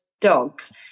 dogs